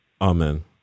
Amen